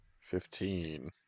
Fifteen